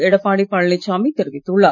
எடப்பாடி பழனிசாமி தெரிவித்துள்ளார்